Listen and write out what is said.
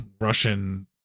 Russian